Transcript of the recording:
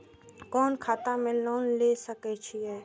कोन खाता में लोन ले सके छिये?